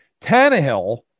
Tannehill